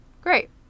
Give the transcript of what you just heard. Great